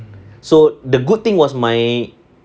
so the good thing was my